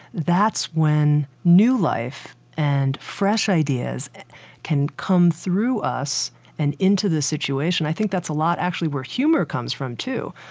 that's when new life and fresh ideas can come through us and into the situation. i think that's a lot actually where humor comes from too,